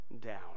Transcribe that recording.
down